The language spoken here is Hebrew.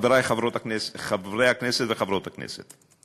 חברי חברי הכנסת וחברות הכנסת,